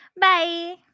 Bye